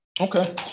Okay